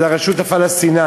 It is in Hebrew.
של הרשות הפלסטינית,